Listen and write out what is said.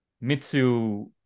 Mitsu